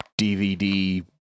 DVD